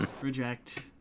Reject